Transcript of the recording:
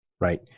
Right